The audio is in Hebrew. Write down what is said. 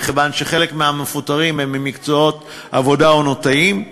מכיוון שחלק מהמפוטרים הם ממקצועות עבודה עונתיים,